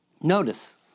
Notice